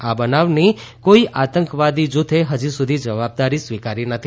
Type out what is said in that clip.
આ બનાવની કોઇ આતંકવાદી જૂથે હજી સુધી જવાબદારી સ્વીકારી નથી